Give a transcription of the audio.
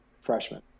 freshman